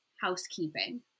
housekeeping